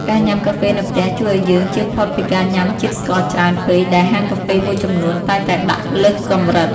ការញ៉ាំកាហ្វេនៅផ្ទះជួយឱ្យយើងជៀសផុតពីការញ៉ាំជាតិស្ករច្រើនពេកដែលហាងកាហ្វេមួយចំនួនតែងតែដាក់លើសកម្រិត។